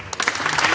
Hvala.